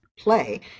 play